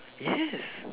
yes